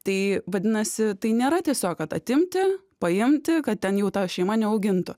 tai vadinasi tai nėra tiesiog kad atimti paimti kad ten jau ta šeima neaugintų